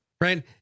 right